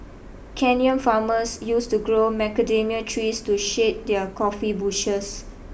Kenyan farmers used to grow macadamia trees to shade their coffee bushes